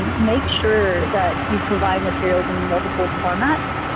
make sure that you provide materials in multiple formats,